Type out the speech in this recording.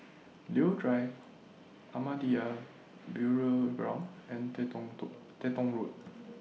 Leo Drive Ahmadiyya Burial Ground and Teng Tong Teng Tong Road